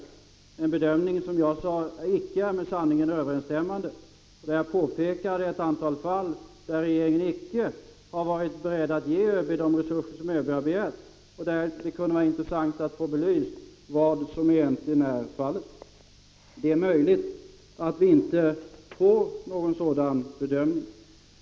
Det är en bedömning som icke är med sanningen överensstämmande. Jag påpekade ett antal fall där regeringen icke har varit beredd att ge ÖB de resurser som ÖB har begärt. Det kunde vara intressant att få belyst hur det egentligen förhåller sig. Det är möjligt att vi inte får någon sådan bedömning.